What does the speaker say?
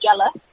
jealous